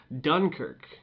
Dunkirk